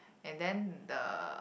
and then the